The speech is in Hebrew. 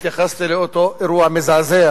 התייחסתי לאותו אירוע מזעזע